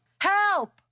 Help